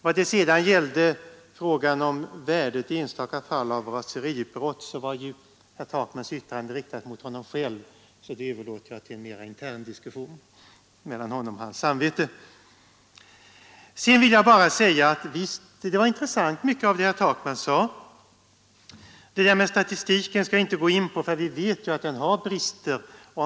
Vad sedan gäller frågan om värdet av raseriutbrott i enstaka fall var ju herr Takmans yttrande riktat mot honom själv, varför jag överlåter den frågan till en mera intern diskussion mellan honom och hans samvete. Sedan vill jag säga att mycket av vad herr Takman yttrade var synnerligen intressant. Statistiken skall jag inte gå in på — vi vet att den är bristfällig.